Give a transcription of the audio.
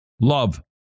love